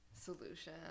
solution